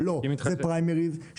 לא, זה פריימריז.